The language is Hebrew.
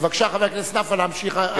בבקשה, חבר הכנסת נפאע, להמשיך.